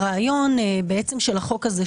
הרעיון של החוק הזה,